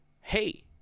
Hey